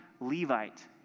Levite